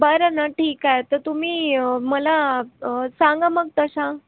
बरं ना ठीक आहे तर तुम्ही मला सांगा मग तसा